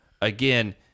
again